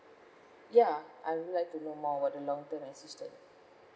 ya I would like to know more about the long term assistance